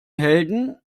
helden